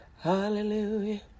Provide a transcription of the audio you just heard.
Hallelujah